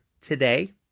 today